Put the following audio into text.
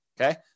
Okay